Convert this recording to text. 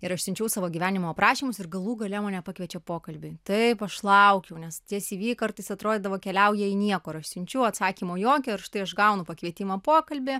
ir aš siunčiau savo gyvenimo aprašymus ir galų gale mane pakviečia pokalbiui taip aš laukiau nes ties si vi kartais atrodydavo keliauja į niekur aš siunčiu atsakymo jokio ir štai aš gaunu pakvietimą pokalbį